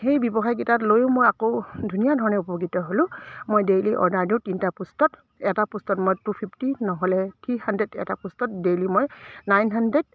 সেই ব্যৱসায়কেইটাক লৈয়ো মই আকৌ ধুনীয়া ধৰণে উপকৃত হ'লোঁ মই ডেইলি অৰ্ডাৰ দিওঁ তিনিটা পোষ্টত এটা পোষ্টত মই টু ফিফটি নহ'লে থ্ৰী হাণ্ড্ৰেড এটা পোষ্টত ডেইলি মই নাইন হাণ্ড্ৰেড